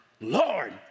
Lord